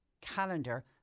calendar